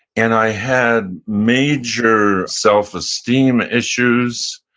and i had major self-esteem issues.